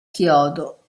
chiodo